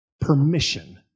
Permission